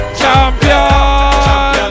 champion